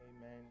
Amen